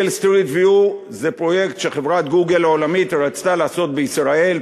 זה פרויקט שחברת Google העולמית רצתה לעשות בישראל,